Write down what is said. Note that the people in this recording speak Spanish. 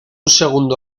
segundo